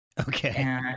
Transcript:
Okay